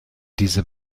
dieser